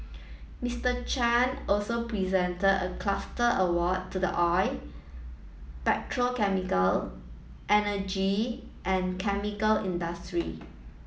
Mister Chan also presented a cluster award to the oil petrochemical energy and chemical industry